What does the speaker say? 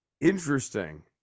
Interesting